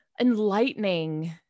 enlightening